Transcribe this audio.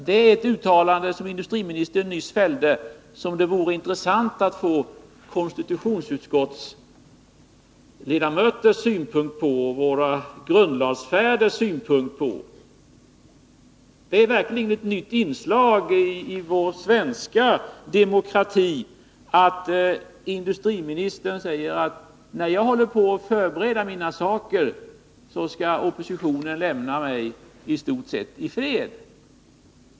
Det är ett uttalande från industriministern som det vore intressant att få synpunkter på från ledamöter i konstitutionsutskottet och också från våra grundlagsfäder. Det är verkligen ett nytt inslag i vår svenska demokrati när industriministern säger: När jag håller på att förbereda mina ärenden, så skall oppositionen lämna mig i stort sett i fred.